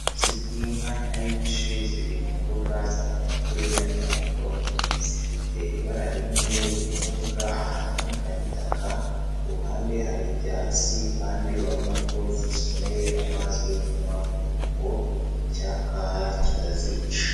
Ubuvuzi bw'inka, inka nyinshi ziri mu mbuga zambaye amaherena y'umuhondo, zifite ibara rimwe ziri mu mbuga ahantu hari itaka, ku ruhande hari ibyatsi kandi urabona ko zikeneye amazi yo kunywa kugira ngo icyaka kitazica.